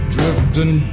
Drifting